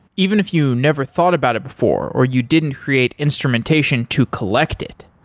even if you never thought about it before or you didn't create instrumentation to collect it,